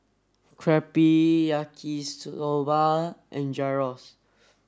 Crepe Yaki Soba and Gyros